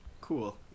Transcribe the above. cool